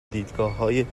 دیدگاههای